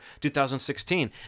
2016